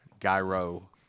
gyro